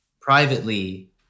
privately